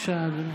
בבקשה, אדוני,